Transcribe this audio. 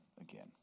again